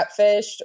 Catfished